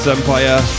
Empire